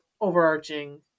overarching